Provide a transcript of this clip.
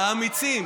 האמיצים.